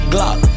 Glock